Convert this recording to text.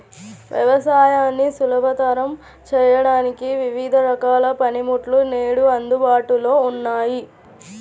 వ్యవసాయాన్ని సులభతరం చేయడానికి వివిధ రకాల పనిముట్లు నేడు అందుబాటులో ఉన్నాయి